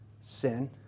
Sin